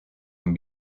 can